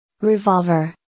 Revolver